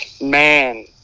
man